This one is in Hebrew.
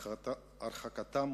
הרחקתם